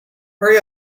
hurry